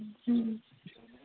ᱦᱮᱸ